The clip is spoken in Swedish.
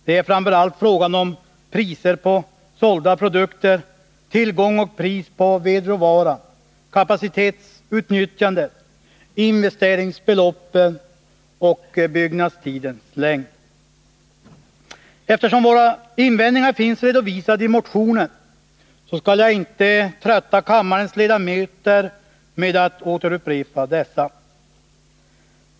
Invändningarna gäller framför allt priserna på sålda produkter, tillgång och pris på vedråvaran, kapacitetsutnyttjandet, investeringsbeloppen och byggnadstidens längd. Eftersom våra invändningar finns redovisade i motionen skall jag inte trötta kammarens ledamöter med att här upprepa dem.